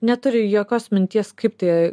neturi jokios minties kaip tai